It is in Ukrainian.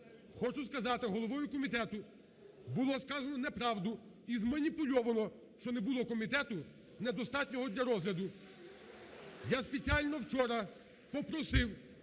Хочу сказати, головою комітету було сказано неправду і зманіпульовано, що не було комітету недостатнього для розгляду. Я спеціально вчора попросив,